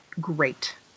great